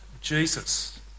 Jesus